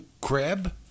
crab